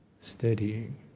steadying